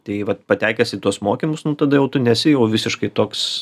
tai vat patekęs į tuos mokymus nu tada jau tu nesi jau visiškai toks